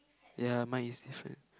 ya mine is different